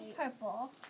purple